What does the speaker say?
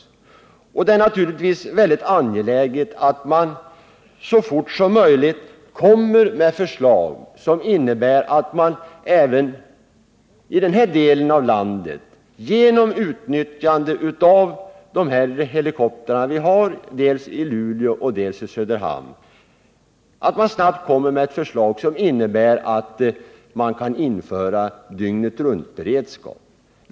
Det är naturligtvis väldigt angeläget att det så fort som möjligt kommer fram förslag till åtgärder som möjliggör utnyttjande av helikoptrarna i Luleå och Söderhamn för dygnetruntberedskap.